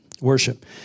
worship